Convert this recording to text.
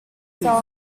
fell